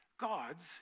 God's